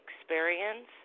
Experience